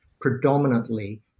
predominantly